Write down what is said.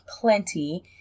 plenty